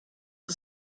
the